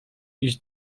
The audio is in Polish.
iść